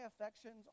affections